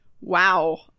wow